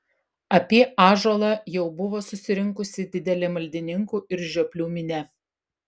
apie ąžuolą jau buvo susirinkusi didelė maldininkų ir žioplių minia